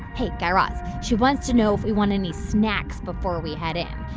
hey, guy raz. she wants to know if we want any snacks before we head in.